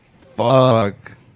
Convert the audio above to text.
Fuck